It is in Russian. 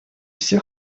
все